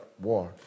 war